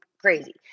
crazy